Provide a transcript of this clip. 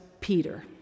Peter